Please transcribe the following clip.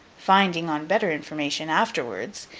finding, on better information, afterwards,